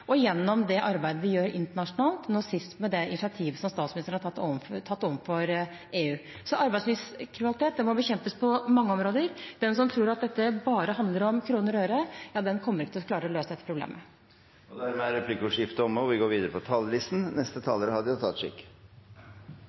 og gjennom det arbeidet vi gjør internasjonalt, nå sist med det initiativet som statsministeren har tatt overfor EU. Arbeidslivskriminalitet må bekjempes på mange områder. Den som tror at dette bare handler om kroner og øre, kommer ikke til å klare å løse dette problemet. Replikkordskiftet er omme. Eg deler mykje av verkelegheitsskildringa til statsråd Hauglie, som hadde ordet her i stad. På